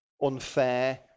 unfair